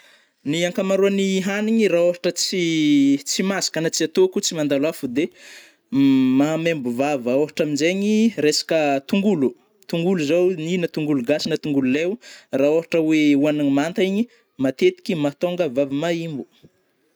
Ny ankamaroany hanigny ra ôhatra tsy tsy masaka na tsy atôko tsy mandalo afo de, maha maimbo vava ôhatra aminjegny resaka tongolo, tongolo zao ny na tongolo gasy na tongolo lay, ra ôhatra oe hoanigny manta igny matetika mahatonga vava maîmbo.